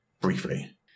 briefly